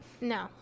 No